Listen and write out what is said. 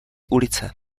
ulice